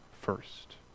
first